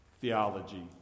theology